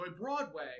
Broadway